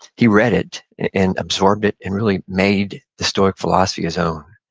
he read it and absorbed it and really made the stoic philosophy his own.